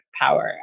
power